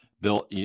Bill